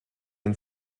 and